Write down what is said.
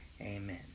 amen